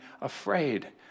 afraid